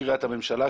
מקריית הממשלה,